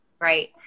Right